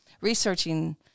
researching